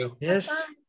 yes